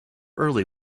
early